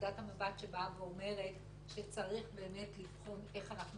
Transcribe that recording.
נקודת המבט שבאה ואומרת שצריך באמת לבחון איך אנחנו